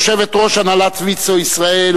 יושבת-ראש הנהלת ויצו ישראל,